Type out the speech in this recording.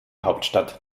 hauptstadt